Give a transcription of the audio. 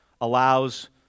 allows